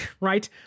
right